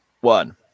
one